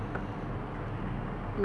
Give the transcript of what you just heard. um